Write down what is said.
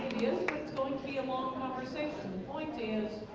its going to be a long conversation the point is,